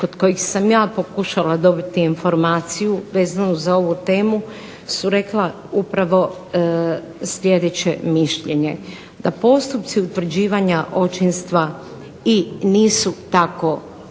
kod kojih sam ja pokušala dobiti informaciju vezano za ovu temu su rekla upravo sljedeće mišljenje, da postupci utvrđivanja očinstva i nisu tako